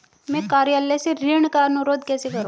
मैं कार्यालय से ऋण का अनुरोध कैसे करूँ?